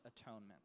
atonement